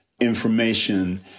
information